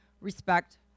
respect